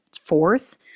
fourth